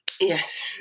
Yes